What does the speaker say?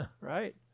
right